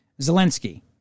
Zelensky